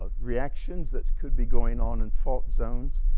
ah reactions that could be going on in fault zones.